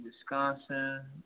Wisconsin